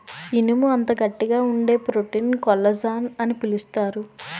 ఇనుము అంత గట్టిగా వుండే ప్రోటీన్ కొల్లజాన్ అని పిలుస్తారు